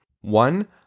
one